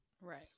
Right